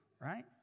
right